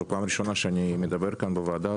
זו פעם ראשונה שאני מדבר בוועדה.